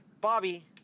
Bobby